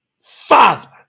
Father